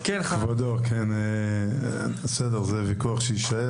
כבוד, זה ויכוח שיישאר.